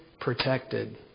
protected